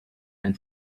and